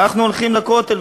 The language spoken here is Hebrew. ואנחנו הולכים לכותל,